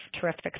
terrific